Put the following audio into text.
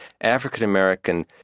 African-American